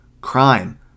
crime